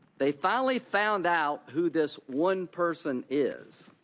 they finally found out who this one person is.